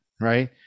right